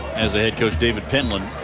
as a head coach, david penland.